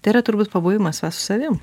tai yra turbūt pabuvimas va su savim